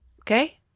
Okay